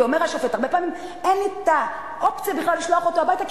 כי אומר השופט: הרבה פעמים אין לי האופציה בכלל לשלוח אותו הביתה,